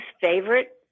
favorite